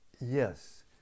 yes